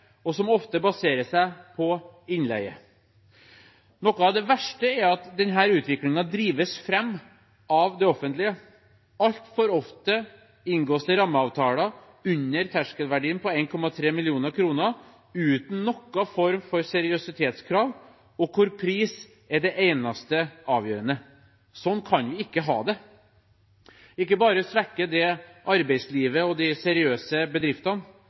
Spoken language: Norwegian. og ofte baserer seg på innleie. Noe av det verste er at denne utviklingen drives fram av det offentlige. Altfor ofte inngås det rammeavtaler under terskelverdien på 1,3 mill. kr, uten noen form for seriøsitetskrav, og der pris er det eneste avgjørende. Sånn kan vi ikke ha det. Ikke bare svekker det arbeidslivet og de seriøse bedriftene,